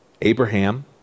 Abraham